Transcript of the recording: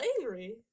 angry